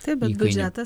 taip bet biudžetas